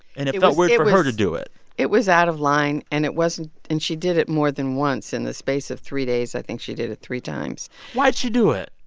and it it felt weird for her to do it it was out of line. and it wasn't and she did it more than once in the space of three days. i think she did it three times why'd she do it?